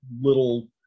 little –